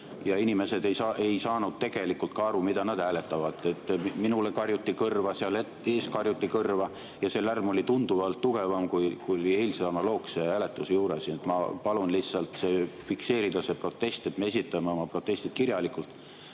inimesed ei saanud tegelikult aru, mida nad hääletavad. Minule karjuti kõrva, seal ees karjuti kõrva ja lärm oli tunduvalt tugevam kui eilse analoogse hääletuse juures. Ma palun lihtsalt fikseerida see protest. Me esitame oma protesti kirjalikult